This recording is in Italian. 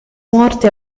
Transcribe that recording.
morte